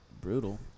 brutal